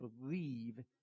believe